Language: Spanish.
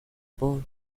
por